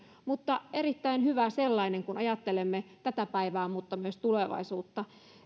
mutta erittäin hyvä sellainen kun ajattelemme tätä päivää mutta myös tulevaisuutta